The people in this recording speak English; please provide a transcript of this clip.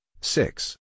six